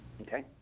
okay